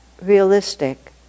realistic